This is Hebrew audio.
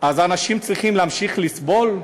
אז אנשים צריכים להמשיך לסבול?